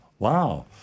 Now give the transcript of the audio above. Wow